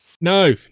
no